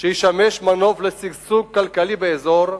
שישמש מנוף לשגשוג כלכלי באזור,